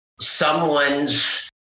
someone's